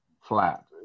flat